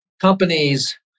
companies